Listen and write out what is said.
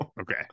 Okay